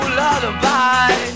lullaby